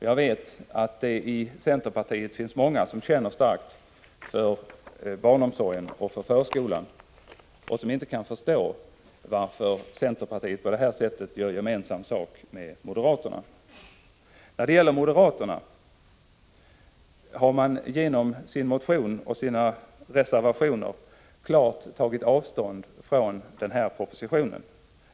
Jag vet att det i centerpartiet finns många som känner starkt för barnomsorgen och förskolan och som inte kan förstå varför centerpartiet på det här sättet gör gemensam sak med moderata samlingspartiet. Moderaterna har genom sin motion och sina reservationer klart tagit avstånd från propositionen.